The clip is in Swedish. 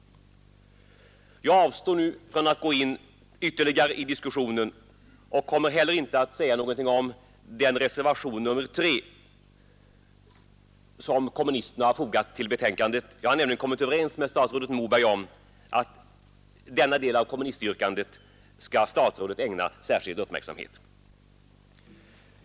Jag avstår från att gå in ytterligare i diskussionen och kommer heller inte att säga någonting om reservationen 3 som kommunisternas representant har fogat vid betänkandet. Jag har nämligen kommit överens med statsrådet Moberg om att denna del av kommunistyrkandet skall statsrådet ägna särskild uppmärksamhet.